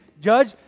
Judge